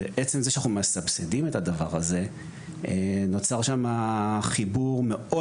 עצם זה שאנחנו מסבסדים את הדבר הזה נוצר שמה חיבור מאוד